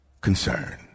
concern